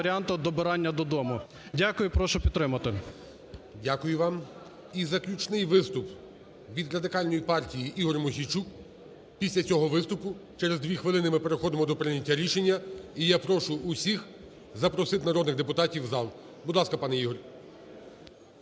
Дякую. І прошу підтримати.